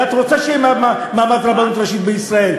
ואת רוצה שיהיה מעמד של רבנות ראשית בישראל,